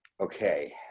okay